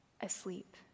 asleep